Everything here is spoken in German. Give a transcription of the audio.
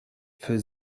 für